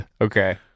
Okay